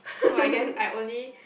so I guess I only